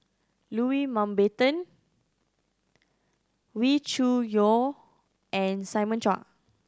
Loui Mountbatten Wee Cho Yaw and Simon Chua